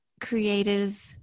creative